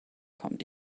kommt